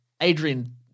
Adrian